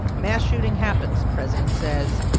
mass shooting happens president says,